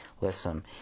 listen